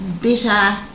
bitter